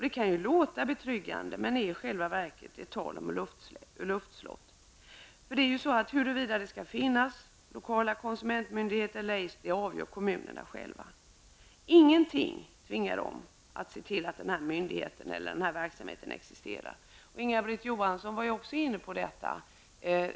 Det kan låta betryggande, men är i själva verket ett tal om luftslott. Huruvida det skall finnas lokala konsumentmyndigheter eller ej avgör nämligen kommunerna själva. Ingenting kan tvinga dem att se till att myndigheten eller verksamheten existerar. Inga-Britt Johansson var också inne på detta.